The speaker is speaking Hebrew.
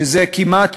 שזה כמעט,